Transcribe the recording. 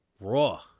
raw